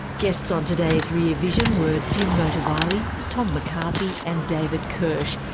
guests on today's rear vision were jim motovalli, tom mccarthy and david kirsch,